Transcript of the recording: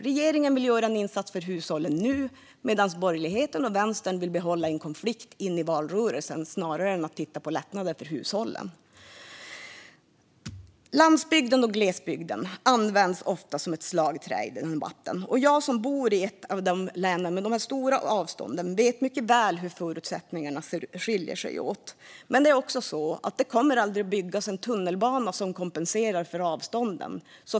Regeringen vill göra en insats för hushållen nu, medan borgerligheten och Vänstern vill behålla en konflikt in i valrörelsen snarare än att titta på lättnader för hushållen. Landsbygden och glesbygden används ofta som slagträ i debatten. Jag bor i ett av länen med stora avstånd och vet mycket väl hur förutsättningarna skiljer sig åt. Men det kommer aldrig att byggas en tunnelbana som kompenserar för avstånden.